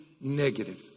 negative